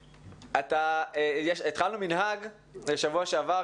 התחלנו מנהג בשבוע שעבר,